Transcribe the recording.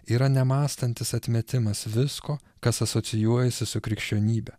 yra nemąstantis atmetimas visko kas asocijuojasi su krikščionybe